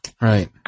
Right